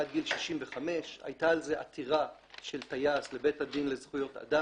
עד גיל 65. הייתה על זה עתירה של טייס לבית הדין לזכויות אדם,